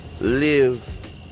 live